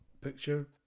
picture